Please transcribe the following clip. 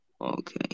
okay